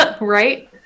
Right